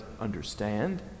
understand